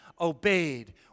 obeyed